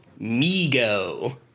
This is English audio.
Migo